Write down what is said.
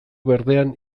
berdean